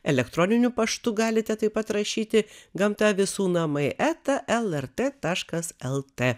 elektroniniu paštu galite taip pat rašyti gamta visų namai eta lrt taškas lt